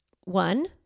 One